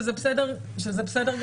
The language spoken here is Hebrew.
שזה בסדר גמור,